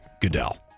Goodell